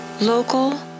local